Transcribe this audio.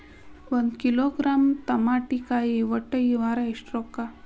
ಒಂದ್ ಕಿಲೋಗ್ರಾಂ ತಮಾಟಿಕಾಯಿ ಒಟ್ಟ ಈ ವಾರ ಎಷ್ಟ ರೊಕ್ಕಾ?